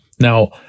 Now